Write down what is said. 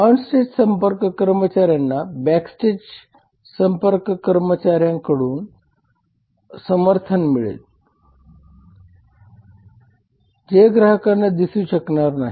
onstage संपर्क कर्मचाऱ्यांना backstage संपर्क कर्मचाऱ्यांकडून समर्थन मिळेल जे ग्राहकांना दिसू शकणार नाही